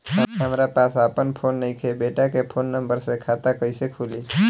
हमरा पास आपन फोन नईखे बेटा के फोन नंबर से खाता कइसे खुली?